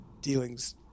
dealings